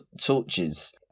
torches